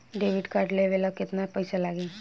Debit card लेवे ला केतना पईसा लागी?